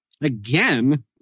Again